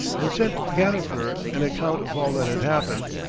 and sent gadifer an account of all that had happened,